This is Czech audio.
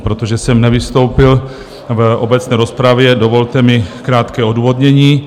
Protože jsem nevystoupil v obecné rozpravě, dovolte mi krátké odůvodnění.